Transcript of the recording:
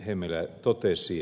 hemmilä totesi